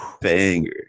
banger